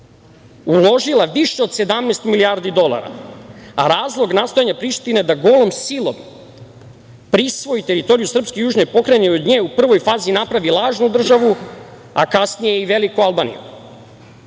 uložila više od 17 milijardi dolara, a razlog nastojanja Prištine da golom silom prisvoji teritoriju srpske južne pokrajine i od nje u prvoj fazi napravi lažnu državu, a kasnije i veliku Albaniju.